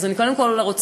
אז אני קודם כול רוצה,